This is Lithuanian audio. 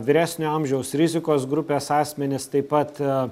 vyresnio amžiaus rizikos grupės asmenis taip pat